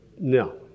No